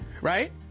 right